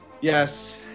Yes